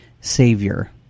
savior